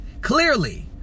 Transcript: clearly